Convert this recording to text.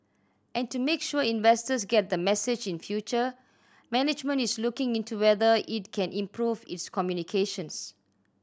and to make sure investors get the message in future management is looking into whether it can improve its communications